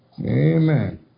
Amen